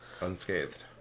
Unscathed